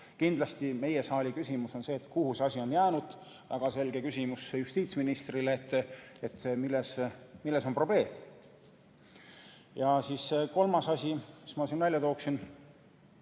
Kindlasti meie saali küsimus on see, kuhu see asi on jäänud. Väga selge küsimus justiitsministrile, et milles on probleem. Kolmas asi, mis ma siin välja tooksin